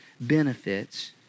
benefits